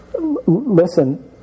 listen